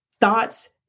thoughts